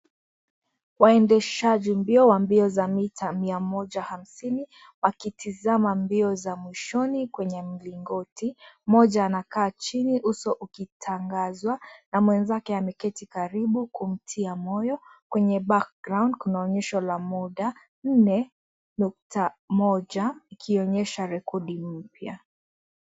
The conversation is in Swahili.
Waendeshaji mbio wa mita mia moja hamsini wakitizama mbio za mwishoni kwenye mlingoti. Mmoja anakaa chini uso ukitangazwa, na mwenzake ameketi karibu kumtia moyo. Kwenye background kunaonyesho la mda,4.1 ikionyesha rekodi mpya.